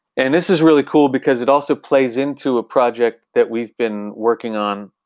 and this is really cool because it also plays into a project that we've been working on,